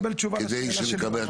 רק לקבל תשובה לשאלה של יוראי.